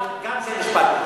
ממש היקש לוגי.